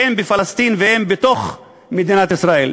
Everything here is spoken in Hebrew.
הן בפלסטין והן בתוך מדינת ישראל.